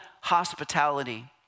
hospitality